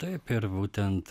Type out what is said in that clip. taip ir būtent